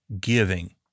giving